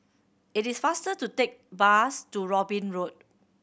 it is faster to take bus to Robin Road